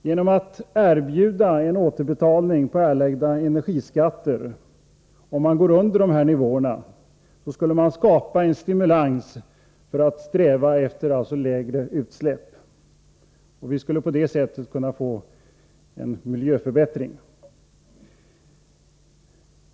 Genom att erbjuda en återbetalning på erlagda energiskatter, om man går under dessa nivåer, skulle en stimulans skapas för att sträva efter lägre utsläpp. Vi skulle på det sättet kunna få en miljöförbättring.